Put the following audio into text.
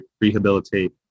rehabilitate